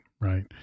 Right